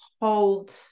hold